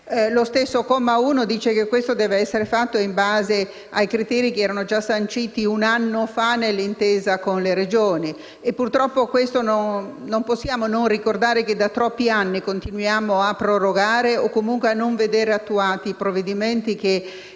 Il comma 1 prevede che questa debba essere fatta in base ai criteri già sanciti un anno fa nell'intesa con le Regioni. Purtroppo non possiamo non ricordare che da troppi anni continuiamo a prorogare o comunque a non vedere attuati i provvedimenti che